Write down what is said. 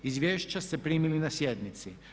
Izvješća ste primili na sjednici.